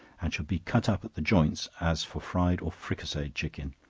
and should be cut up at the joints, as for fried or fricasseed chicken,